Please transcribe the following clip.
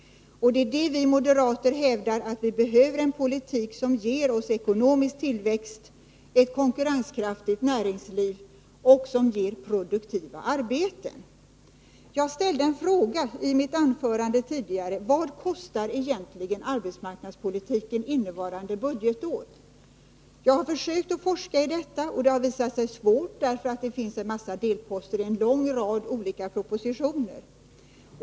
Det är detta som vi moderater hävdar, att vi behöver en politik som ger oss ekonomisk tillväxt, ett konkurrenskraftigt näringsliv och produktiva arbeten. Jag ställde en fråga i mitt anförande tidigare: Vad kostar egentligen arbetsmarknadspolitiken innevarande budgetår? Jag har försökt forska i detta, och det har visat sig svårt, eftersom det finns många delposter i en lång rad olika propositioner.